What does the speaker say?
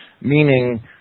Meaning